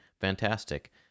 fantastic